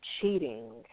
Cheating